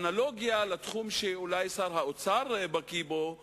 אנלוגיה לתחום שאולי שר האוצר בקי בו היא,